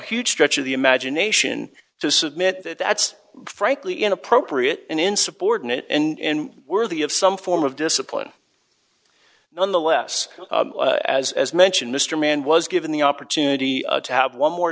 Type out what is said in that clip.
huge stretch of the imagination to submit that that's frankly inappropriate and insubordinate and worthy of some form of discipline none the less as as mentioned mr mann was given the opportunity to have one more